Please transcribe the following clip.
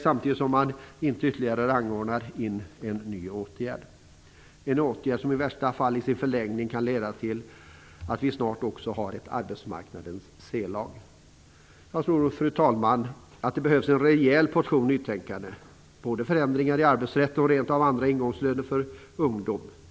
Samtidigt skulle man då inte rangordna in en ny åtgärd - en åtgärd som i värsta fall i sin förlängning kan leda till att vi snart också har ett arbetsmarknadens c-lag. Jag tror, fru talman, att det behövs en rejäl portion nytänkande - både förändringar i arbetsrätt och rent av andra ingångslöner för ungdom.